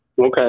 Okay